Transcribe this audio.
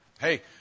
Hey